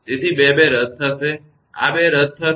તેથી 2 2 રદ થશે આ 2 રદ થશે